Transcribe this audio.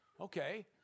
Okay